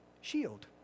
shield